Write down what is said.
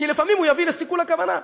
כי לפעמים הוא יביא לסיכול הכוונה.